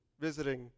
visiting